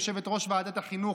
יושבת-ראש ועדת החינוך,